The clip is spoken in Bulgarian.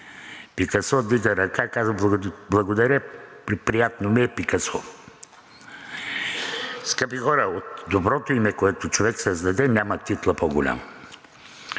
Пикасо вдига ръка и казва: „Благодаря, приятно ми е, Пикасо.“ Скъпи хора, от доброто име, което човек създаде, няма титла по-голяма.